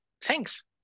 Thanks